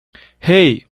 hey